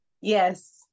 yes